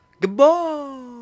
Goodbye